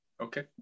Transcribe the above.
okay